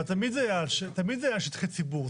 אבל תמיד זה היה שטחי ציבור.